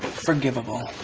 forgivable.